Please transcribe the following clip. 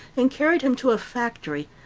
and carried him to a factory,